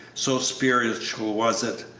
so spiritual was it,